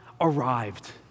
arrived